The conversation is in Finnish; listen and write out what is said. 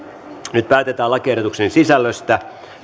nyt päätetään lakiehdotuksen sisällöstä